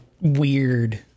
weird